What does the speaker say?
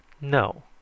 No